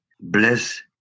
bless